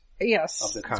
Yes